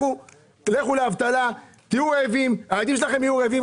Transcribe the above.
לכו לאבטלה, תהיו רעבים, שהילדים שלכם יהיו רעבים.